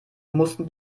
mussten